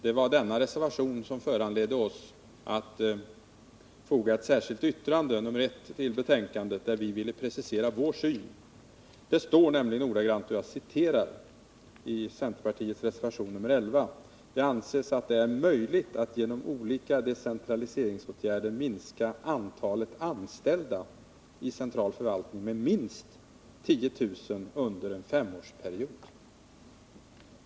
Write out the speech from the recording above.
Det var ju denna reservation som föranledde oss att foga ett särskilt yttrande, nr 1, vid betänkandet, där vi preciserar vår uppfattning. I centerpartiets reservation nr 11 sägs bl.a. att det ”anses att det är möjligt att genom olika decentraliseringsåtgärder minska antalet anställda i central förvaltning med minst 10 000 under en femårsperiod”.